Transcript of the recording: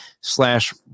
slash